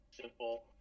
simple